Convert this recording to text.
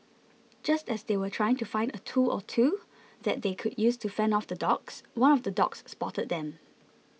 just as they were trying to find a tool or two that they could use to fend off the dogs one of the dogs spotted them